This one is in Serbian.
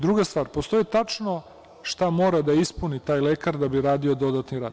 Druga stvar, postoji tačno šta mora da ispuni taj lekar da bi radio dodatni rad.